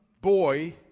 boy